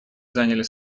заняли